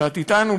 שאת אתנו,